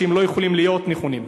שהם לא יכולים להיות נכונים.